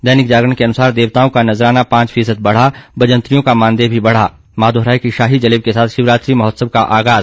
दैनिक जागरण के अनुसार देवताओं का नजराना पांच फीसद बढ़ा बजंतरियों का मानदेय भी बढ़ा माघोराय की शाही जलेब के साथ शिवरात्रि महोत्सव का आगाज